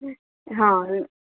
ହଁ